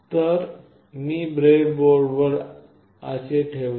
तर मी ब्रेडबोर्डवर असे ठेवले